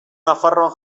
nafarroan